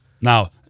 Now